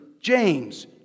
James